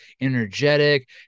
energetic